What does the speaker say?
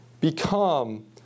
become